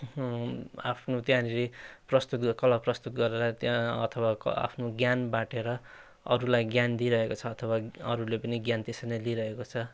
आफ्नो त्यहाँनेरि प्रस्तुत कला प्रस्तुत गरेर त्यहाँ अथवा आफ्नो ज्ञान बाँडेर अरूलाई ज्ञान दिरहेको छ अथवा अरूले पनि ज्ञान त्यसरी नै लिरहेको छ